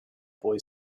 boy